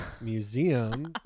Museum